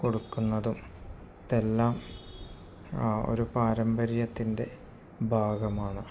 കൊടുക്കുന്നതും ഇതെല്ലാം ആ ഒരു പാരമ്പര്യത്തിൻ്റെ ഭാഗമാണ്